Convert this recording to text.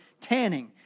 tanning